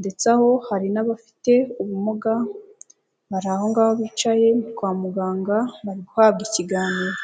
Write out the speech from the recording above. ndetse aho hari n'abafite ubumuga, bari aho ngaho bicaye kwa muganga, bari guhabwa ikiganiro.